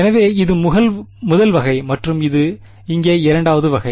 எனவே இது முதல் வகை மற்றும் இது இங்கே இரண்டாவது வகை